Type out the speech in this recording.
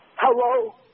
Hello